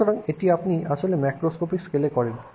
সুতরাং এটি আপনি আসলে ম্যাক্রোস্কোপিক স্কেলে করেন